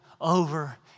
over